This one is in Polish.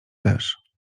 też